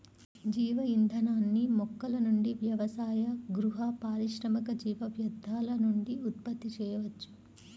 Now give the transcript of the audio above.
జీవ ఇంధనాన్ని మొక్కల నుండి వ్యవసాయ, గృహ, పారిశ్రామిక జీవ వ్యర్థాల నుండి ఉత్పత్తి చేయవచ్చు